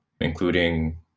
including